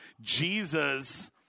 Jesus